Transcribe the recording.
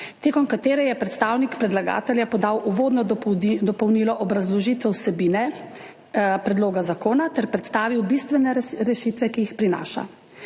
med katero je predstavnik predlagatelja podal uvodno dopolnilno obrazložitev vsebine predloga zakona ter predstavil bistvene rešitve, ki jih prinaša.